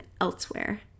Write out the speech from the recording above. elsewhere